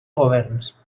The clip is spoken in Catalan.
governs